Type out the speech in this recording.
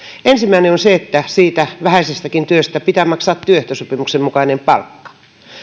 ensimmäinen on se että siitä vähäisestäkin työstä pitää maksaa työehtosopimuksen mukainen palkka